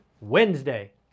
Wednesday